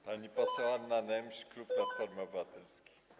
Pani poseł Anna Nemś, klub Platforma Obywatelska.